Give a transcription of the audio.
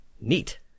Neat